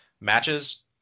matches